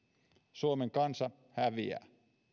suomen kansa häviää